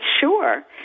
sure